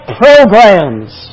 programs